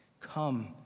come